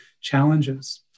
challenges